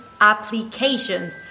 applications